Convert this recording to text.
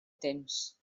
temps